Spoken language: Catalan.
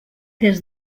des